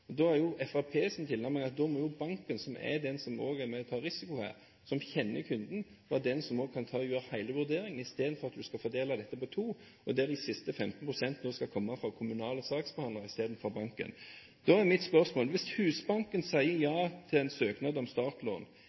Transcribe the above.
tilnærming er at da må banken, som også er den som er med på å ta risiko her og som kjenner kunden, være den som også kan gjøre hele vurderingen istedenfor at en skal fordele dette på to, og der de siste 15 pst. skal komme fra kommunale saksbehandlere istedenfor fra banken. Da er mitt spørsmål: Hvis Husbanken sier ja til en søknad om startlån,